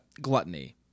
gluttony